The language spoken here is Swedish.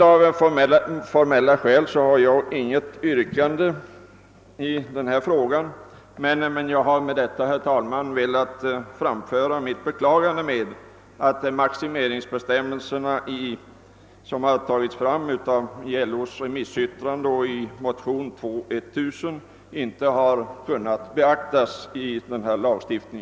Av formella skäl har jag inget yrkande i denna fråga, men jag har med detta, herr talman, velat framföra mitt beklagande av att önskemålen om maximeringsbestämmelser, som framförts i LO:s remissyttrande och i motion II: 1000, inte har kunnat beaktas i denna lagstiftning.